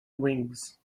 wings